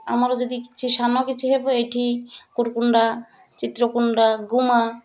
ଆମର ଯଦି କିଛି ସାନ କିଛି ହେବ ଏଇଠି କୁୁରକୁଣ୍ଡା ଚିତ୍ରକୁଣ୍ଡା ଗୁମା